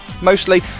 Mostly